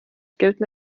gelten